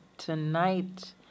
Tonight